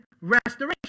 restoration